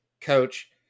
coach